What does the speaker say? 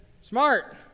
Smart